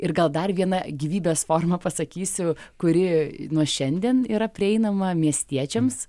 ir gal dar viena gyvybės forma pasakysiu kuri nuo šiandien yra prieinama miestiečiams